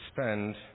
spend